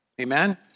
Amen